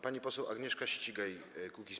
Pani poseł Agnieszka Ścigaj, Kukiz’15.